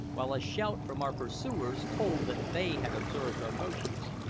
while a shout from our pursuers told that they had observed our motions.